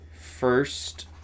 first